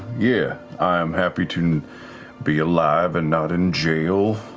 yeah, i'm happy to be alive and not in jail.